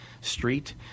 Street